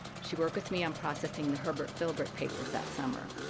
she worked with me on processing the herbert philbrick papers that summer.